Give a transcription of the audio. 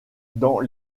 dans